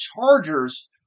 Chargers